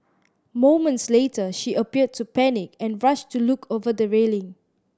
moments later she appeared to panic and rushed to look over the railing